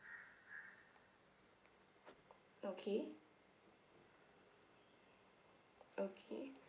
okay okay